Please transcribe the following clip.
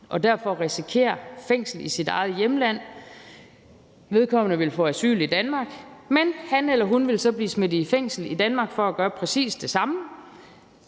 og derfor risikerer fængsel i sit eget hjemland, ville få asyl i Danmark, men han eller hun vil så blive smidt i fængsel i Danmark for at gøre præcis det samme.